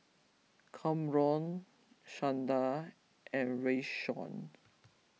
Kamron Shanda and Rayshawn